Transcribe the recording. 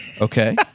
Okay